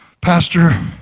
Pastor